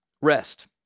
rest